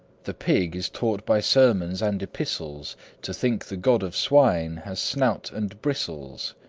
the pig is taught by sermons and epistles to think the god of swine has snout and bristles.